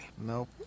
Nope